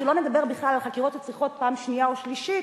ולא נדבר על חקירות שמצריכות פעם שנייה או שלישית.